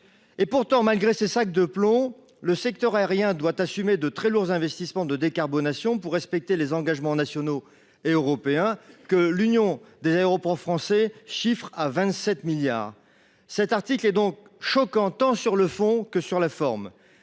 Pourtant, malgré ces sacs de plomb, le secteur aérien doit assumer de très lourds investissements de décarbonation pour respecter les engagements nationaux et européens, que l’Union des aéroports français (UAF) chiffre à 27 milliards d’euros. Cet article est donc choquant tant sur le fond que sur la forme